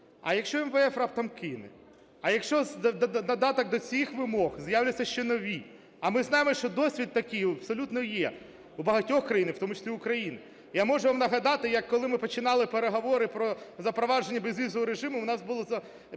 а якщо МВФ раптом кине, а якщо в додаток до цих вимог з'являться ще нові. А ми знаємо, що досвід такий абсолютно є в багатьох країн, в тому числі і в України. Я можу вам нагадати, як коли ми починали переговори про запровадження безвізового режиму, в нас був підписаний